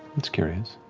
it's curious,